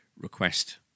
request